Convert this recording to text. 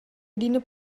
adina